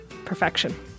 perfection